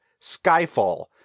Skyfall